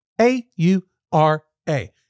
A-U-R-A